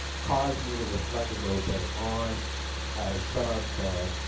caused me to reflect a little bit on some of the,